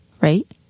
right